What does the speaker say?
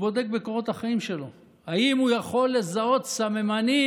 בודק בקורות החיים שלו אם הוא יכול לזהות סממנים